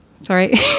Sorry